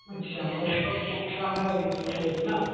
अच्छा कैंपस में का है यह ऑरेडी ना